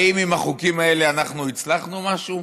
האם עם החוקים האלה אנחנו הצלחנו משהו?